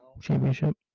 Championship